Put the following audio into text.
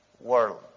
world